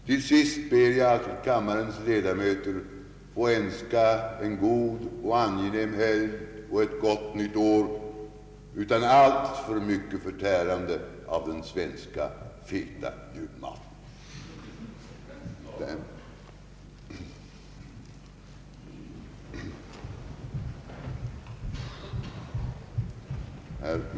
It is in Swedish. Till sist ber jag att få önska kammarens ledamöter en god och angenäm helg och ett gott nytt år utan alltför mycket förtärande av den svenska feta julmaten.